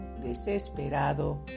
desesperado